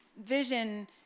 vision